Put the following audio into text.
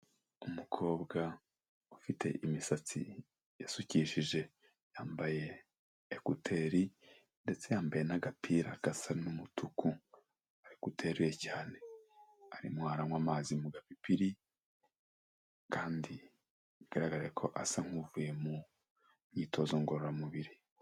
Umukobwa ufite imisatsi yasukishije, yambaye ekuteri, ndetse yambaye n'agapira gasa n'umutuku, ariko uteruye cyane. Arimo aranywa amazi mu gapipiri, kandi bigaragare ko asa nk'uvuye mu myitozo ngororamubiri.